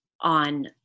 on